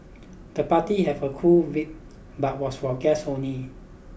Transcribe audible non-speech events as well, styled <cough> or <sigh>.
the party have a cool <unintelligible> but was for guests only